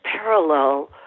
parallel